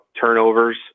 turnovers